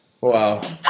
Wow